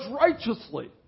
righteously